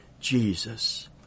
Jesus